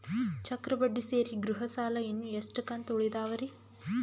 ಚಕ್ರ ಬಡ್ಡಿ ಸೇರಿ ಗೃಹ ಸಾಲ ಇನ್ನು ಎಷ್ಟ ಕಂತ ಉಳಿದಾವರಿ?